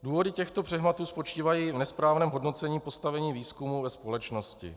Důvody těchto přehmatů spočívají v nesprávném hodnocení postavení výzkumu ve společnosti.